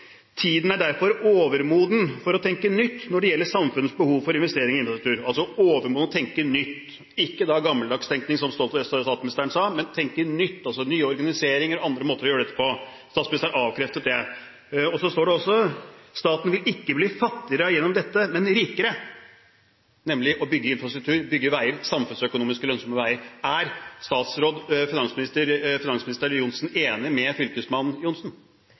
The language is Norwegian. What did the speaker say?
er derfor overmoden for å tenke nytt når det gjelder samfunnets behov for investeringer i infrastruktur.» Tiden er altså overmoden for å tenke nytt – ikke gammeldags, slik statsministeren sa – men å tenke nytt, altså nye organiseringer, andre måter å gjøre dette på. Statsministeren avkreftet det. Det står også: «Staten vil ikke bli fattigere gjennom dette, men rikere.» Den vil altså bli rikere gjennom å bygge infrastruktur, bygge samfunnsøkonomisk lønnsomme veier. Er finansminister Johnsen enig med fylkesmann Johnsen?